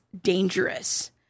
dangerous